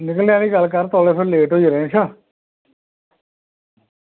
निकलने आह्ली गल्ल कर थोह्ड़े लेट होई जाना ई अच्छा